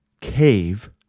cave